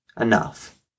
enough